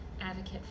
advocate